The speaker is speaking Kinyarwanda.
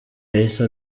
yahise